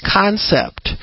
concept